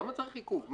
למה צריך עיכוב?